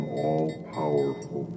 all-powerful